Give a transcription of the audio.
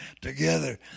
together